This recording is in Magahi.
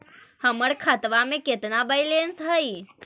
हमर खतबा में केतना बैलेंस हई?